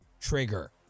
trigger